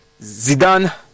Zidane